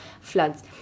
floods